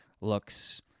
looks